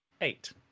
eight